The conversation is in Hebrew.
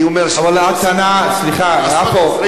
אני אומר, אבל הטענה, סליחה, עפו.